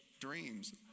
dreams